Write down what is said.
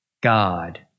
God